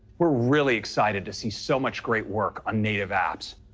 we're really excited to see so much great work on native apps.